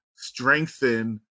strengthen